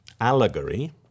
allegory